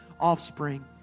offspring